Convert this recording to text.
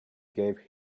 gave